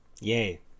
Yay